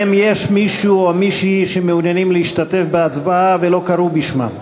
האם יש מישהו או מישהי שמעוניינים להשתתף בהצבעה ולא קראו בשמם?